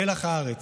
מלח הארץ,